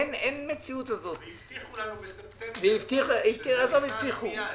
והבטיחו לנו בספטמבר שזה נכנס מייד.